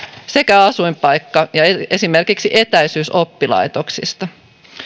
sekä asuinpaikka ja esimerkiksi etäisyys oppilaitoksista